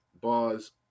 bars